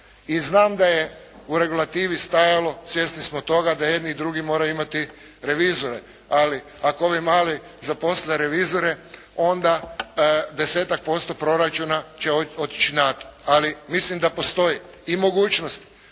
I znam da je u regulativi stajalo svjesni smo toga da jedni i drugi moraju imati revizore, ali ako ovi mali zaposle revizore onda desetak posto proračuna će otići na to. Ali mislim da postoji i mogućnost,